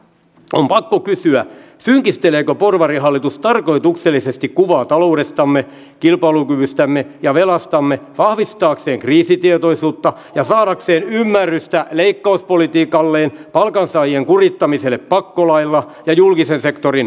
on pakko kysyä synkisteleekö porvarihallitus tarkoituksellisesti kuvaa taloudestamme kilpailukyvystämme ja velastamme vahvistaakseen kriisitietoisuutta ja saadakseen ymmärrystä leikkauspolitiikalleen palkansaajien kurittamiselle pakkolaeilla ja julkisen sektorin alasajolle